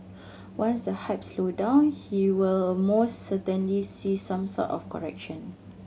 once the hype slow down he will most certainly see some sort of correction